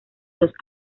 los